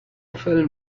film